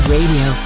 Radio